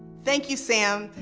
thank you, sam.